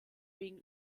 wegen